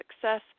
success